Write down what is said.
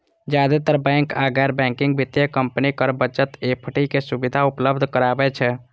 जादेतर बैंक आ गैर बैंकिंग वित्तीय कंपनी कर बचत एफ.डी के सुविधा उपलब्ध कराबै छै